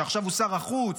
שעכשיו הוא שר החוץ.